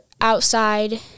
outside